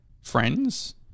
friends –